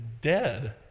dead